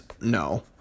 No